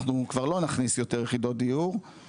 אנחנו כבר לא נכניס יותר יחידות דיור,